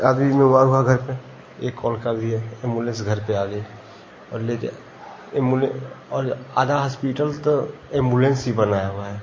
आदमी बीमार हुआ घर पर एक कॉल कर दिए एम्बुलेंस घर पर आ गई और ले कर एम्बुलेन और आधा हास्पिटल तो एम्बुलेंस से ही बना हुआ है